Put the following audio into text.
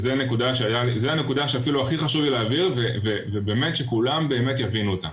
זו הנקודה שאפילו הכי חשוב לי להבהיר ובאמת שכולם באמת יבינו אותה.